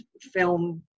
film